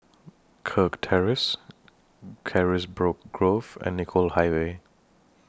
Kirk Terrace Carisbrooke Grove and Nicoll Highway